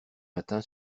matin